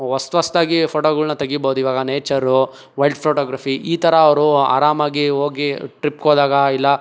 ಹೊಸ್ತ್ ಹೊಸ್ತಾಗಿ ಫೋಟೋಗಳ್ನ ತೆಗಿಬೋದು ಇವಾಗ ನೇಚರು ವೈಲ್ಡ್ ಫೋಟೋಗ್ರಫಿ ಈ ಥರ ಅವರು ಆರಾಮಾಗಿ ಹೋಗಿ ಟ್ರಿಪ್ಗೋದಾಗ ಇಲ್ಲ